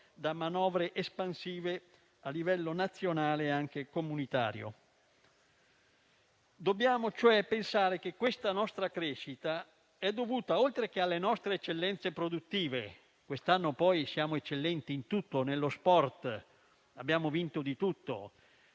dalle manovre espansive adottate a livello nazionale e comunitario. Dobbiamo pensare che questa nostra crescita è dovuta anzitutto alle nostre eccellenze produttive. Quest'anno poi siamo eccellenti in tutto: nello sport abbiamo vinto di tutto,